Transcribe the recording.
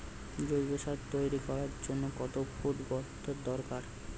জৈব সার তৈরি করার জন্য কত ফুট গর্তের দরকার?